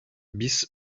bis